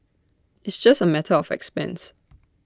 it's just A matter of expense